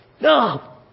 No